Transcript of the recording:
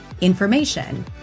information